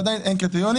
ועדיין אין קריטריונים,